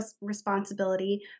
responsibility